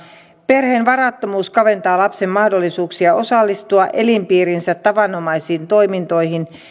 perheen varattomuus kaventaa lapsen mahdollisuuksia osallistua elinpiirinsä tavanomaisiin toimintoihin